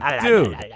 dude